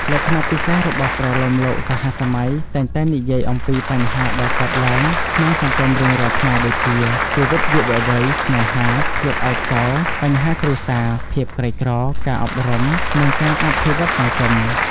លក្ខណៈពិសេសរបស់ប្រលោមលោកសហសម័យតែងតែនិយាយអំពីបញ្ហាដែលកើតឡើងក្នុងសង្គមរៀងរាល់ថ្ងៃ ដូចជា ជីវិតយុវវ័យ ស្នេហា ភាពឯកោ បញ្ហាគ្រួសារ ភាពក្រីក្រ ការអប់រំ និងការអភិវឌ្ឍន៌សង្គម។